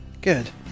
good